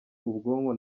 ubwonko